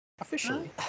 Officially